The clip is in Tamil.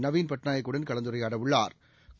நவீன் பட்நாயக் வுடன் கலந்துரையாட உள்ளாா்